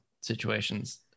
situations